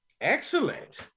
Excellent